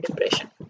depression